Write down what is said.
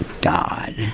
God